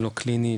לא קליני,